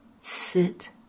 sit